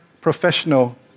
professional